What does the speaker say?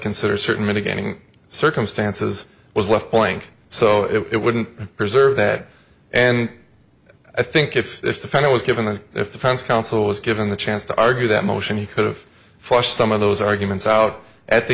consider certain mitigating circumstances was left point so it wouldn't preserve that and i think if if the fact it was given the defense counsel was given the chance to argue that motion he could've flushed some of those arguments out at the